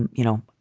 and you know,